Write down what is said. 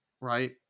right